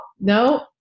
no